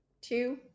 two